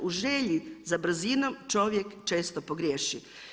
U želji za brzinom čovjek često pogriješi.